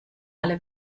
alle